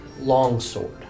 longsword